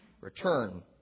return